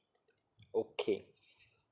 okay